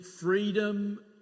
freedom